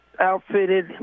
outfitted